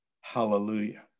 Hallelujah